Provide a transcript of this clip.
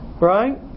Right